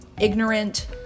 ignorant